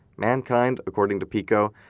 mankind, according to pico,